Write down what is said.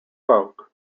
folk